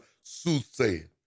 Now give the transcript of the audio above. soothsaying